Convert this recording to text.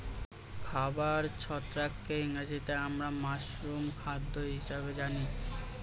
খাবার ছত্রাককে ইংরেজিতে আমরা মাশরুম খাদ্য হিসেবে জানি